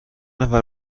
نفر